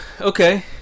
Okay